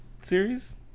series